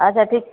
अच्छा ठीक